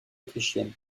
autrichienne